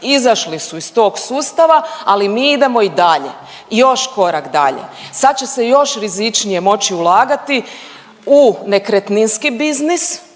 izašli su iz tog sustava, ali mi idemo i dalje i još korak dalje. Sad će se još rizičnije moći ulagati u nekretninski biznis